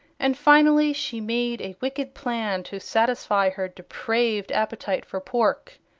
and finally she made a wicked plan to satisfy her depraved appetite for pork.